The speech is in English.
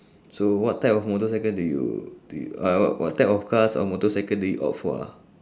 so what type of motorcycle do you do you uh wha~ what type of cars or motorcycle do you opt for ah